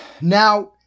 Now